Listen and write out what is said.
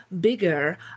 bigger